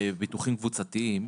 ביטוחים קבוצתיים.